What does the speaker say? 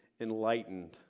enlightened